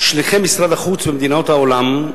שליחי משרד החוץ במדינות העולם,